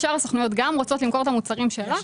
הסוכנויות גם הן רוצות למכור את המוצרים שלה.